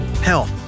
health